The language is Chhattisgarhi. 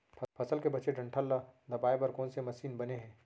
फसल के बचे डंठल ल दबाये बर कोन से मशीन बने हे?